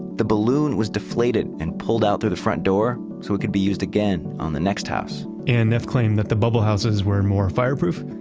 the balloon was deflated and pulled out to the front door so it could be used again on the next house and neff claimed that the bubble houses were more fire-proof,